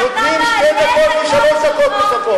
חבורה של רוצחים.